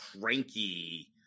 cranky